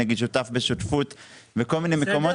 נגיד שותף בשותפות בכל מיני מקומות.